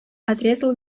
отрезал